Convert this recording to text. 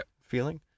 feeling